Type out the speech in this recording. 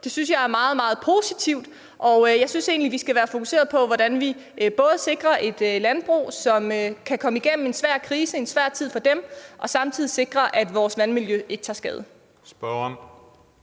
Det synes jeg er meget, meget positivt. Jeg synes egentlig, vi skal være fokuserede på, hvordan vi både sikrer et landbrug, så det kan komme igennem en svær krise i en svær tid, og samtidig sikrer, at vores vandmiljø ikke tager skade.